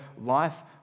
life